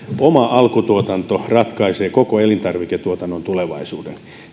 oma alkutuotanto ratkaisee koko elintarviketuotannon tulevaisuuden